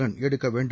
run எடுக்க வேண்டும்